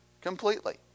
completely